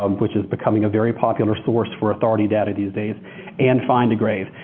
um which is becoming a very popular source for authority data these days and findagrave.